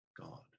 God